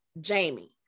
Jamie